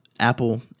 Apple